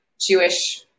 Jewish